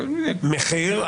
מחיר?